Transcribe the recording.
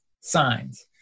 signs